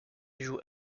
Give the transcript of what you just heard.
joue